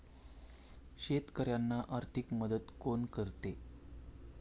शेतकऱ्यांना आर्थिक मदत कोण करते?